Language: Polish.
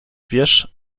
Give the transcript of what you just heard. wierz